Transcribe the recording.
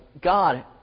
God